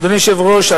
אדוני היושב-ראש,